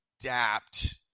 adapt